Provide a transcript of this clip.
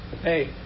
hey